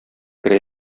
керә